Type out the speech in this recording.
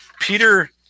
Peter